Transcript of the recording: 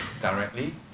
directly